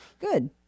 Good